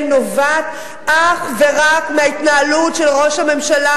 נובעת אך ורק מההתנהלות של ראש הממשלה,